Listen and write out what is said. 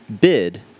bid